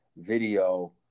video